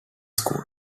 school